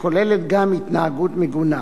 הכוללת גם התנהגות מגונה.